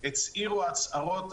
הצהירו הצהרות.